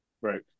Right